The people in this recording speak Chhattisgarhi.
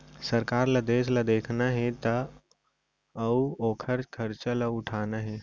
सरकार ल देस ल देखना हे अउ ओकर खरचा ल उठाना हे